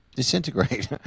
disintegrate